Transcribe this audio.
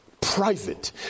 private